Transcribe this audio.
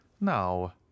Now